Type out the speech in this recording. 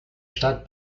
stadt